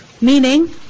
Meaning